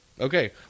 Okay